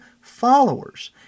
followers